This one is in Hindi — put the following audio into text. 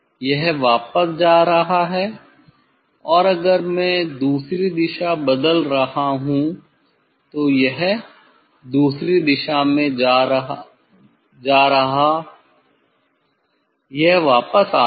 यह वापस जा रहा है और अगर मैं दूसरी दिशा बदल रहा हूं तो यह दूसरी दिशा में जा रहा यह वापस आ रहा है